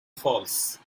falls